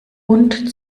und